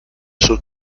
sus